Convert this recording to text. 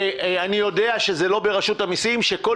ואני יודע שזה לא ברשות המיסים שכל